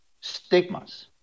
stigmas